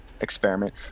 experiment